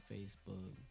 Facebook